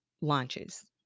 launches